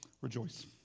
rejoice